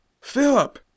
Philip